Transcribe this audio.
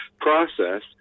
process